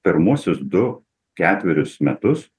pirmuosius du ketverius metus